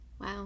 Wow